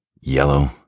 yellow